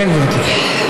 כן, גברתי.